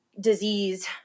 disease